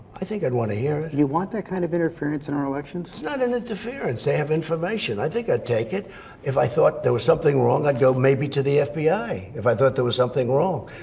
i think i'd want to hear. you want that kind of interference in our elections it's not an interference i have information. i think i'd take it if i thought there was something wrong i'd go maybe to the fbi if i thought there was something wrong.